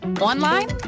online